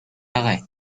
arrêt